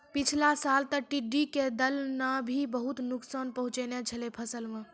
पिछला साल तॅ टिड्ढी के दल नॅ भी बहुत नुकसान पहुँचैने छेलै फसल मॅ